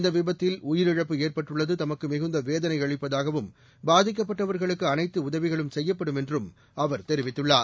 இந்த விபத்தில் உயிரிழப்பு ஏற்பட்டுள்ளது தமக்கு மிகுந்த வேதனை அளிப்பதாகவும் பாதிக்கப்பட்டவர்களுக்கு அனைத்து உதவிகள் செய்யப்படும் என்றும் அவர் தெரிவித்துள்ளார்